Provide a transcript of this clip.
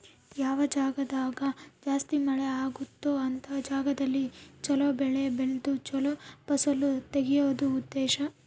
ಯಾವ ಜಾಗ್ದಾಗ ಜಾಸ್ತಿ ಮಳೆ ಅಗುತ್ತೊ ಅಂತ ಜಾಗದಲ್ಲಿ ಚೊಲೊ ಬೆಳೆ ಬೆಳ್ದು ಚೊಲೊ ಫಸಲು ತೆಗಿಯೋದು ಉದ್ದೇಶ